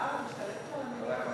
מירב, את משתלטת פה על המליאה.